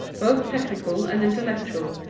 both technical and intellectual,